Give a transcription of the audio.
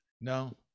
no